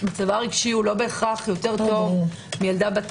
מצבה הרגשי לא בהכרח יותר טוב מילדה בת